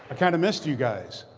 kind of missed you guys.